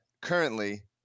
currently